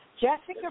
Jessica